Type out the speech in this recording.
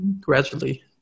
gradually